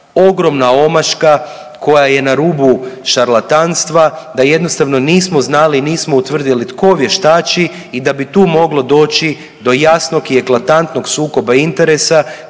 ogromna omaška koja je na rubu šarlatanstva da jednostavno nismo znali, nismo utvrdili tko vještači i da bi tu moglo doći do jasnog i eklatantnog sukoba interesa